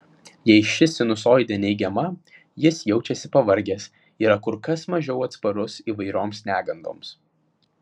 jei ši sinusoidė neigiama jis jaučiasi pavargęs yra kur kas mažiau atsparus įvairioms negandoms